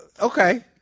Okay